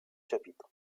chapitres